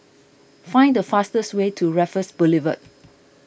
find the fastest way to Raffles Boulevard